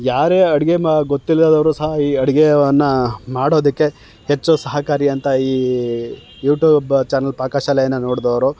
ಯಾರೇ ಅಡುಗೆ ಮಾ ಗೊತ್ತಿಲ್ಲದವರು ಸಹ ಈ ಅಡ್ಗೆಯನ್ನ ಮಾಡೋದಕ್ಕೆ ಹೆಚ್ಚು ಸಹಕಾರಿ ಅಂತ ಈ ಯೂಟೂಬ್ ಚಾನಲ್ ಪಾಕಶಾಲೆಯನ್ನು ನೋಡಿದವ್ರು